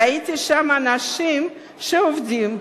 ראיתי שם אנשים שעובדים,